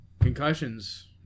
Concussions